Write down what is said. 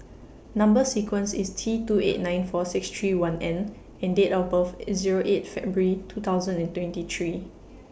Number sequence IS T two eight nine four six three one N and Date of birth IS Zero eight February two thousand and twenty three